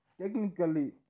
technically